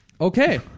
Okay